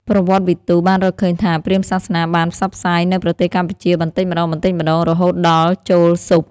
ប្រវត្តិវិទូបានរកឃើញថា ព្រាហ្មណ៍សាសនាបានផ្សព្វផ្សាយនៅប្រទេសកម្ពុជាបន្តិចម្ដងៗរហូតដល់ចូលស៊ប់។